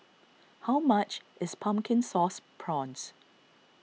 how much is Pumpkin Sauce Prawns